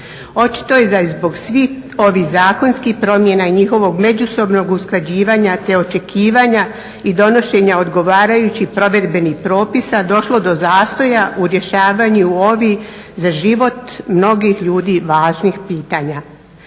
Očito da je zbog svih ovih zakonskih promjena i njihovog među usklađivanja te očekivanja i donošenja odgovarajućih provedbenih propisa došlo do zastoja u rješavanju ovih za život mnogih ljudi važnih pitanja.